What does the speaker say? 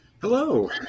Hello